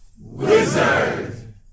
Wizard